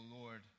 Lord